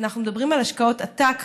אנחנו מדברים על השקעות עתק.